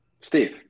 Steve